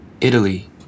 Italy